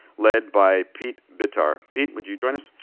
led by pete bitar. pete, would you join us?